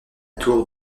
tour